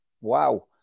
Wow